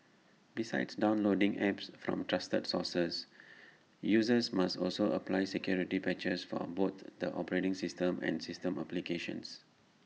besides downloading apps from trusted sources users must also apply security patches for both the operating system and system applications